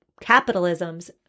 capitalism's